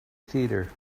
theatre